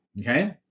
Okay